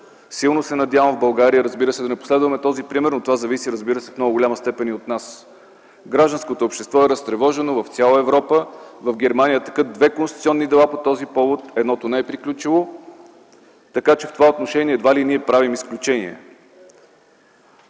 Силно се надявам в България да не последваме този пример, но това зависи, разбира се, в много голяма степен и от нас. Гражданското общество е разтревожено в цяла Европа, в Германия текат две конституционни дела по този повод – едното не е приключило. В това отношение едва ли ние правим изключение.